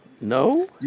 No